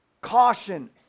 caution